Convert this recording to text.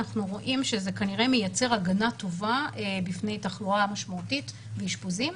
אנחנו רואים שזה כנראה מייצר הגנה טובה בפני תחלואה משמעותית ואשפוזים.